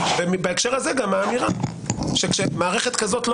בהקשר הזה גם האמירה שכשמערכת כזאת לא